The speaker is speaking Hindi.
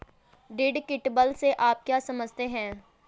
डिडक्टिबल से आप क्या समझते हैं?